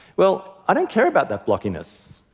well i don't care about that blockiness.